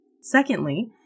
Secondly